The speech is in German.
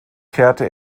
kehrte